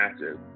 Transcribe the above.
massive